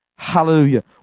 Hallelujah